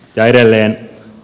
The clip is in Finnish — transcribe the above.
ja edelleen